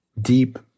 deep